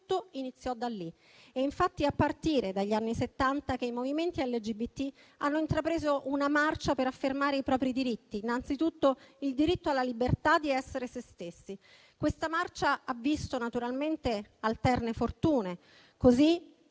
Tutto iniziò da lì. È infatti a partire dagli anni Settanta che i movimenti LGBT hanno intrapreso una marcia per affermare i propri diritti, innanzitutto il diritto alla libertà di essere se stessi. Questa marcia ha visto naturalmente alterne fortune. Così,